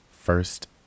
first